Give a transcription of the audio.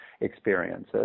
experiences